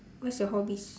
what's your hobbies